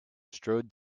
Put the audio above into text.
strode